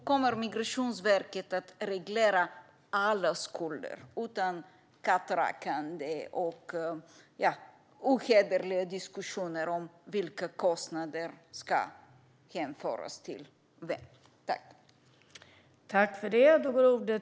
Kommer Migrationsverket att reglera alla skulder utan kattrakande och ohederliga diskussioner om vilka kostnader som ska hänföras till vem?